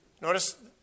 Notice